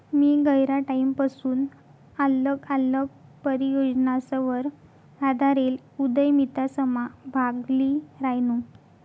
मी गयरा टाईमपसून आल्लग आल्लग परियोजनासवर आधारेल उदयमितासमा भाग ल्ही रायनू